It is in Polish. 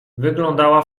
wyglądała